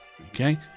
Okay